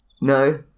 No